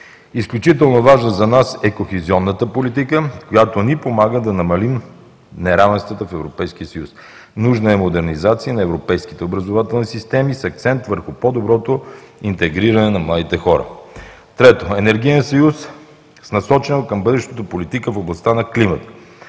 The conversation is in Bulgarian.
Изключително важна за нас е кохезионната политика, която ни помага да намалим неравенствата в Европейския съюз. Нужна е модернизация на европейските образователни системи с акцент върху по-доброто интегриране на младите хора. Трето, енергиен съюз с насоченост към бъдещата политика в областта на климата.